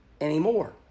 anymore